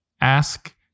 ask